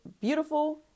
beautiful